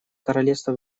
королевства